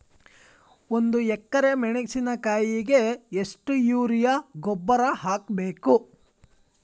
ಒಂದು ಎಕ್ರೆ ಮೆಣಸಿನಕಾಯಿಗೆ ಎಷ್ಟು ಯೂರಿಯಾ ಗೊಬ್ಬರ ಹಾಕ್ಬೇಕು?